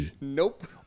Nope